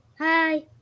Hi